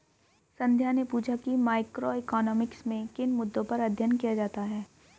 संध्या ने पूछा कि मैक्रोइकॉनॉमिक्स में किन मुद्दों पर अध्ययन किया जाता है